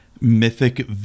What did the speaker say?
mythic